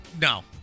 no